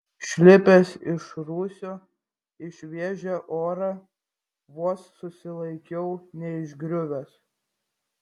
išlipęs iš rūsio į šviežią orą vos susilaikiau neišgriuvęs